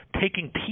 taking